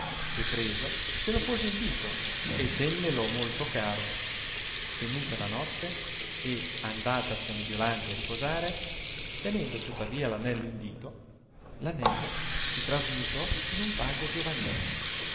e preso se lo pose in dito e tennelo molto caro venuta la notte e andatasene violante a riposare tenendo tuttavia l'anello in dito l'anello si trasmutò in un vago giovanetto